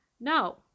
No